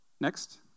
Next